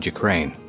Ukraine